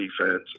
defense